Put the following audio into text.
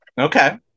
Okay